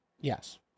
Yes